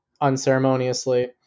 unceremoniously